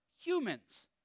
humans